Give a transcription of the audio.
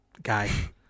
guy